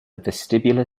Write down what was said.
vestibular